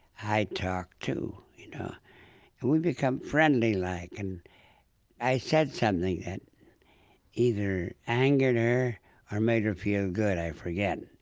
i talk, too, you know. and we become friendly like. and i said something that either angered her or made her feel good, i forget.